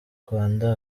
rwanda